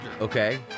Okay